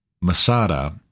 Masada